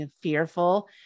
fearful